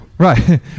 Right